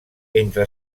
entre